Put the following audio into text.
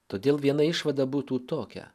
todėl viena išvada būtų tokia